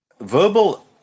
verbal